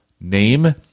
name